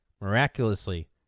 Miraculously